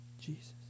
Jesus